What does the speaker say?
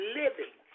living